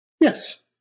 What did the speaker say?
Yes